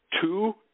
Two